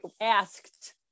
asked